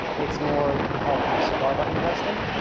it's more what we call kind of cigar button investing.